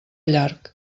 llarg